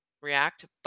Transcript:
React